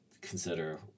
consider